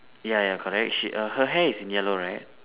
ya ya correct she err her hair is in yellow right